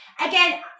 Again